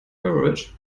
beverage